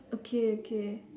okay okay